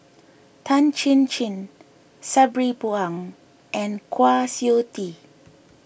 Tan Chin Chin Sabri Buang and Kwa Siew Tee